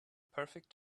perfect